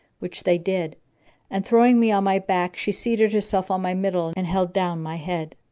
which they did and, throwing me on my back, she seated herself on my middle and held down my head.